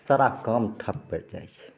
सारा काम ठप्प परि जाइ छै